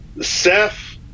Seth